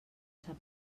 sap